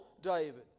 David